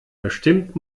bestimmt